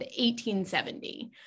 1870